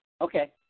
Okay